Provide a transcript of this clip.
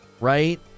right